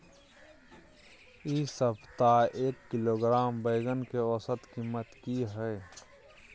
इ सप्ताह एक किलोग्राम बैंगन के औसत कीमत की हय?